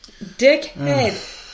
dickhead